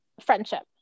friendship